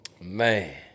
Man